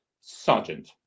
Sergeant